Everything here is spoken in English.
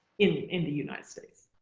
in in the united states.